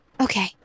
Okay